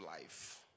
life